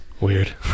Weird